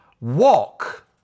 walk